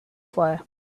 fire